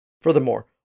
Furthermore